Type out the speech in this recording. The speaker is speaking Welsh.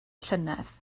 llynedd